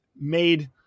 made